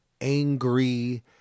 angry